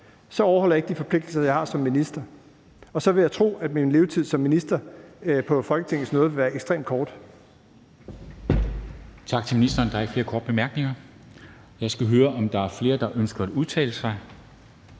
Så overholder jeg ikke de forpligtelser, jeg har som minister, og så vil jeg tro, at min levetid som minister på Folketingets nåde vil være ekstremt kort.